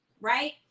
right